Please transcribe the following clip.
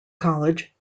college